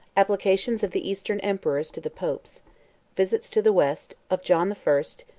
applications of the eastern emperors to the popes visits to the west, of john the first,